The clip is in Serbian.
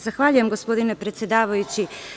Zahvaljujem, gospodine predsedavajući.